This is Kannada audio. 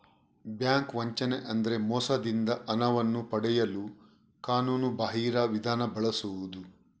ಬ್ಯಾಂಕ್ ವಂಚನೆ ಅಂದ್ರೆ ಮೋಸದಿಂದ ಹಣವನ್ನು ಪಡೆಯಲು ಕಾನೂನುಬಾಹಿರ ವಿಧಾನ ಬಳಸುದು